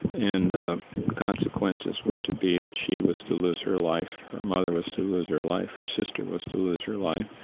and the consequences were to be that she was to lose her life, her mother was to lose her life, her sister was to lose her life,